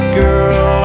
girl